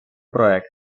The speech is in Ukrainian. проект